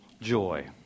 joy